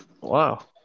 Wow